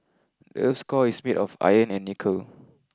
the earth's core is made of iron and nickel